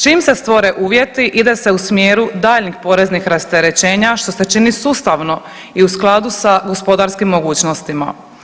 Čim se stvore uvjeti, ide se u smjeru daljnjih poreznih rasterećenja što se čini sustavno i u skladu sa gospodarskim mogućnostima.